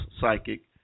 Psychic